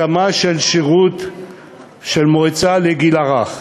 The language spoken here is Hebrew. הקמה של שירות של מועצה לגיל הרך